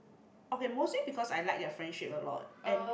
okay mostly because I like their friendship a lot and